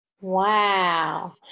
Wow